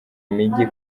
imijyi